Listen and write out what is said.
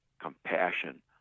compassion